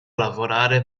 lavorare